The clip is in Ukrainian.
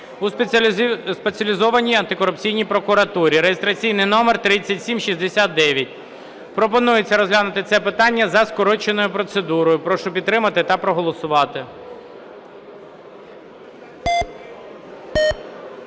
у Спеціалізованій антикорупційній прокуратурі (реєстраційний номер 3769). Пропонується розглянути це питання за скороченою процедурою. Прошу підтримати та проголосувати.